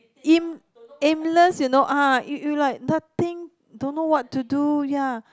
aim~ aimless you know ah you like nothing don't know what to do ya